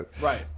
Right